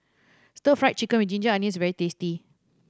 Stir Fry Chicken with ginger onions is very tasty